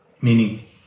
meaning